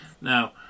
now